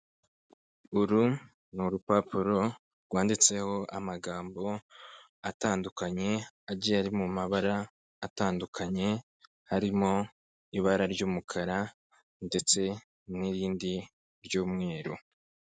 Uru ni urupapuro rwanditseho amagambo atandukanye, agiye ari mu mabara atandukanye harimo ibara ry'umukara ndetse n'irindi ry'umweru.